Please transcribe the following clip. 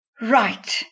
Right